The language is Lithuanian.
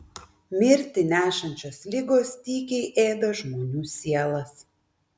mirtį nešančios ligos tykiai ėda žmonių sielas